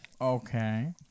Okay